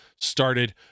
started